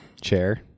chair